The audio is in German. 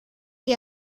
die